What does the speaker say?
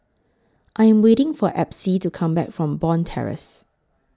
I Am waiting For Epsie to Come Back from Bond Terrace